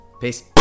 Peace